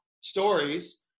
stories